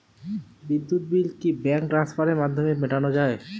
বিদ্যুৎ বিল কি ব্যাঙ্ক ট্রান্সফারের মাধ্যমে মেটানো য়ায়?